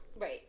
right